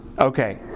Okay